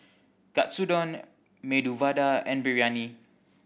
Katsudon Medu Vada and Biryani